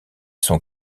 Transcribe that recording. sont